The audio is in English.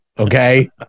Okay